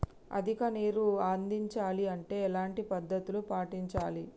అధిక నీరు అందించాలి అంటే ఎలాంటి పద్ధతులు పాటించాలి?